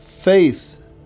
faith